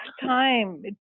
time